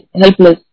helpless